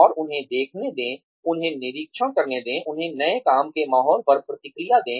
और उन्हें देखने दें उन्हें निरीक्षण करने दें उन्हें नए काम के माहौल पर प्रतिक्रिया दें